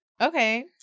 Okay